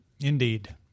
Indeed